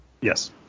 Yes